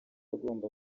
agomba